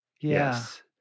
Yes